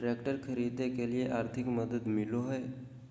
Tractor खरीदे के लिए आर्थिक मदद मिलो है?